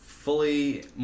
Fully